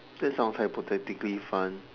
that sounds hypothetically fun